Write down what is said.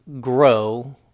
grow